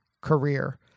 career